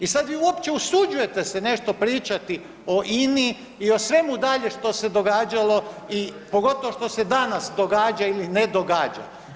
I sad vi uopće usuđujete se nešto pričati o INI i o svemu dalje što se događalo i pogotovo što se danas događa i ne događa.